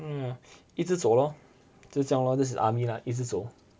mm 一直走 lor 就这样 lor this is army lah 一直走